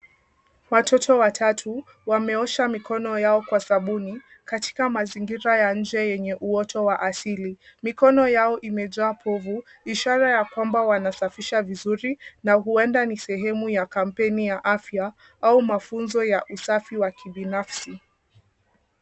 Watoto watatu wameosha mikono yao kwa sabuni katika mazingira ya nje yenye uoto wa asili. Mikono yao imejaa povu ishara ya kwamba wanasafisha vizuri na huenda ni sehemu ya kampeni ya afya au mafunzo ya usafi wa kibinafsi.